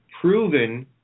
proven